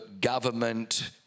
government